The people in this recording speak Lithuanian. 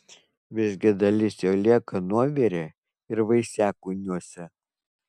visgi dalis jo lieka nuovire ir vaisiakūniuose